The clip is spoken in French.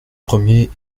premier